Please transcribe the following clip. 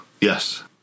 Yes